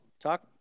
talk